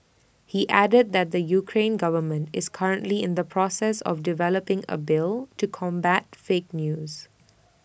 he added that the Ukrainian government is currently in the process of developing A bill to combat fake news